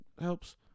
helps